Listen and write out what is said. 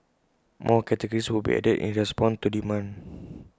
more categories will be added in respond to demand